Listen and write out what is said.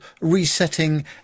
resetting